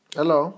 Hello